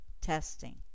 testing